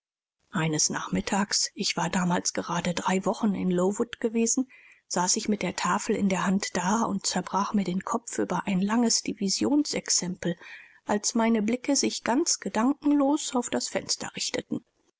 eines nachmittags ich war damals gerade drei wochen in lowood gewesen saß ich mit der tafel in der hand da und zerbrach mir den kopf über ein langes divisionsexempel als meine blicke sich ganz gedankenlos auf das fenster richteten